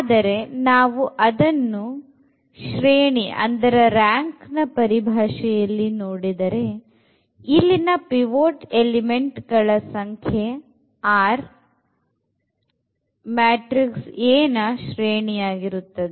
ಆದರೆ ನಾವು ಅದನ್ನು ಶ್ರೇಣಿಯ ಪರಿಭಾಷೆಯಲ್ಲಿ ನೋಡಿದರೆ ಇಲ್ಲಿನ ಪಿವೊಟ್ ಎಲಿಮೆಂಟ್ ಗಳ ಸಂಖ್ಯೆ r ಮ್ಯಾಟ್ರಿಕ್ಸ್ A ನ ಶ್ರೇಣಿ ಆಗಿರುತ್ತದೆ